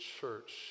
church